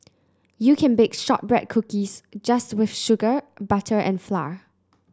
you can bake shortbread cookies just with sugar butter and flour